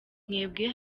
mwebwe